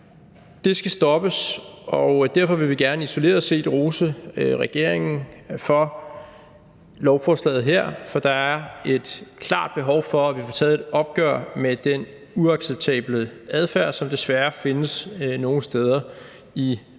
Det skal stoppes, og derfor vil vi gerne isoleret set rose regeringen for lovforslaget her, for der er et klart behov for, at vi får taget et opgør med den uacceptable adfærd, som desværre findes nogle steder i vores